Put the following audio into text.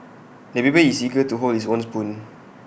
the baby is eager to hold his own spoon